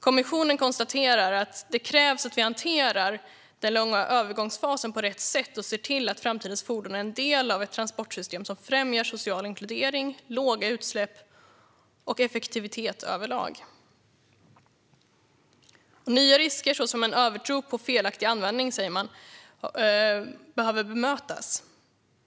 Kommissionen konstaterar att det krävs att vi hanterar den långa övergångsfasen på rätt sätt och ser till att framtidens fordon är en del av ett transportsystem som främjar social inkludering, låga utsläpp och effektivitet överlag. Nya risker, såsom en övertro på felaktig användning, behöver bemötas.